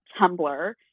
Tumblr